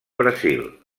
brasil